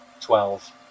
twelve